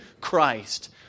Christ